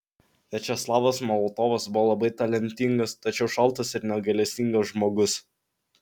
viačeslavas molotovas buvo labai talentingas tačiau šaltas ir negailestingas žmogus